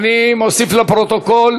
אני מוסיף לפרוטוקול